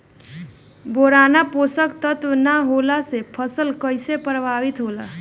Boron पोषक तत्व के न होला से फसल कइसे प्रभावित होला?